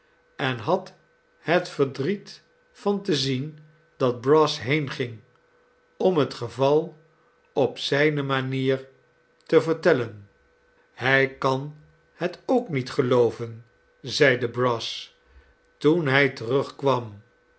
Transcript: en had het verdriet van te zien dat brass heenging om het geval op zijne manier te vertellen hij kan het ook niet gelooven zeide brass toen hij terugkwam